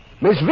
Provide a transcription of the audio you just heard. Miss